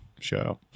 Show